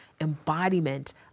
embodiment